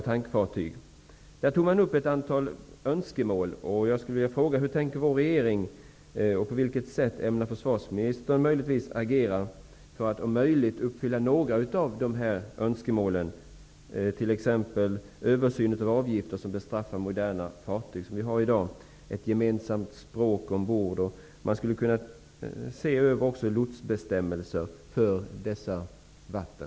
Man tog där upp ett antal önskemål. Hur tänker vår regering och försvarsministern agera för att om möjligt uppfylla några av dessa önskemål? Det gäller t.ex. översyn av avgifter som bestraffar de moderna fartyg som vi har i dag och ett gemensamt språk ombord. Man skulle också kunna se över lotsbestämmelser för dessa vatten.